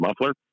muffler